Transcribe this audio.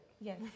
Yes